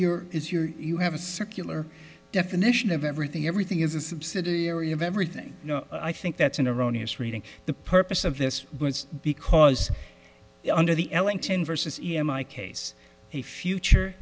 you're is you're you have a circular definition of everything everything is a subsidiary of everything i think that's an erroneous reading the purpose of this because under the ellington versus e m i case the future